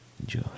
Enjoy